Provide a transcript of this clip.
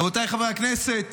רבותיי חברי הכנסת,